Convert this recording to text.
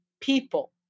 people